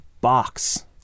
box